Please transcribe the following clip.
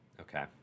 okay